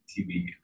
TV